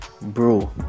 bro